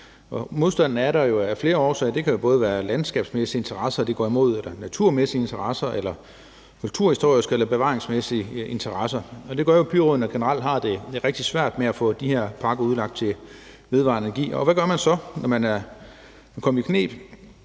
Modstanden er der jo af flere årsager. Det kan både være landskabsmæssige interesser, naturmæssige interesser, kulturhistoriske og bevaringsværdige interesser, det går imod. Og det gør jo, at byrådene har det rigtig svært med at få de her parker udlagt til vedvarende energi. Hvad gør man så, når man er kommet i bekneb?